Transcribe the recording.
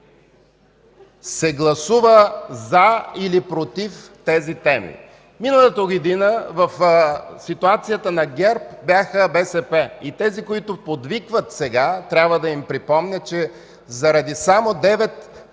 се гласува „за” или „против” тези теми. Миналата година в ситуацията на ГЕРБ беше БСП и тези, които подвикват сега, трябва да им припомня, че заради само